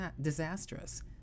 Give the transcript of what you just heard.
disastrous